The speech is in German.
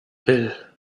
will